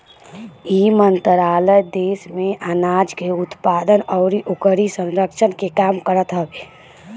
इ मंत्रालय देस में आनाज के उत्पादन अउरी ओकरी संरक्षण के काम करत हवे